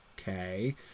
Okay